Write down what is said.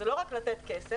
זה לא רק לתת כסף,